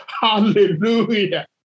Hallelujah